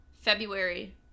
February